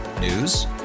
News